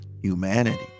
Humanity